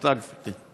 תודה, גברתי.